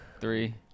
Three